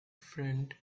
friend